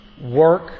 work